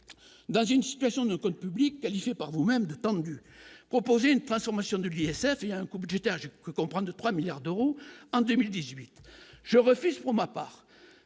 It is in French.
dans une situation de nos comptes publics, qualifié par vous-même proposer une transformation de l'ISF, il y a un coût budgétaire je comprends de 3 milliards d'euros en 2018 je refuse pour ma part